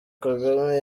kagame